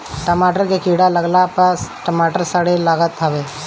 टमाटर में कीड़ा लागला पअ सब टमाटर सड़े लागत हवे